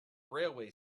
railway